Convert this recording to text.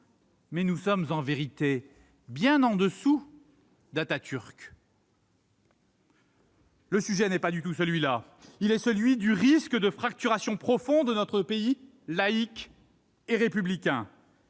Mais nous sommes en vérité bien en dessous d'Atatürk ! Le sujet n'est pas du tout celui-là ; il est celui du risque de fracturation profonde de notre pays, laïque et républicain,